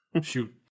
Shoot